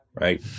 right